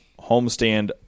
homestand